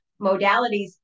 modalities